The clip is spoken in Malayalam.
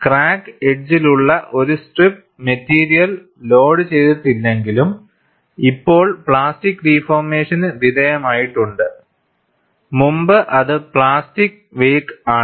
ക്രാക്ക് എഡ്ജസിലുള്ള ഒരു സ്ട്രിപ്പ് മെറ്റീരിയൽ ലോഡുചെയ്തിട്ടില്ലെങ്കിലും ഇപ്പോൾ പ്ലാസ്റ്റിക് ഡിഫോർമേഷന് വിധേയമായിട്ടുണ്ട് മുമ്പ് അത് പ്ലാസ്റ്റിക് വേക്ക് ആണ്